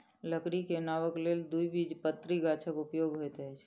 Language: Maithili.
लकड़ी के नावक लेल द्विबीजपत्री गाछक उपयोग होइत अछि